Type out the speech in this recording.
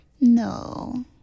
No